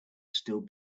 still